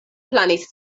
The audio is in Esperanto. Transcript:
planis